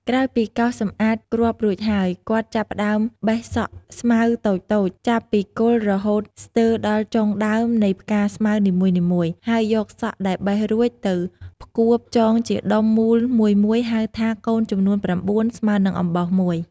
ក្រោយពីកោសសម្អាតគ្រាប់រួចហើយ គាត់ចាប់ផ្តើមបេះសក់ស្មៅតូចៗចាប់ពីគល់រហូតស្ទើដល់ចុងដើមនៃផ្កាស្មៅនីមួយៗ ហើយយកសក់ដែលបេះរួចទៅផ្គួបចងជាដុំមូលមួយៗហៅថា កូនចំនួន៩ ស្មើនឹងអំបោសមួយ។